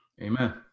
Amen